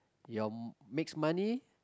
your mix money